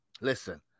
Listen